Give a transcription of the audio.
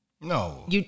No